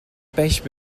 peix